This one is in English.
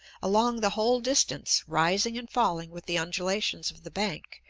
along the whole distance, rising and falling with the undulations of the bank,